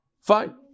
Fine